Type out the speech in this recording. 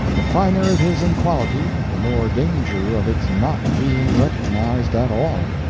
the finer it is in quality, the more danger of its not being recognized at all.